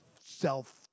self